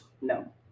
No